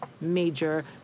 major